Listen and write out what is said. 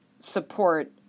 support